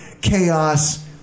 chaos